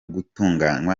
gutunganywa